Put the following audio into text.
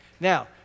Now